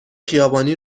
خیابانی